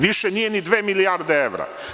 Više nije ni dve milijarde evra.